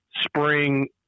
spring